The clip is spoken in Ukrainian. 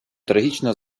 трагічно